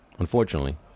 unfortunately